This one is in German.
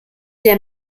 der